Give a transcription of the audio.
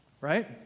right